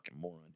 moron